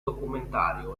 documentario